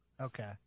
Okay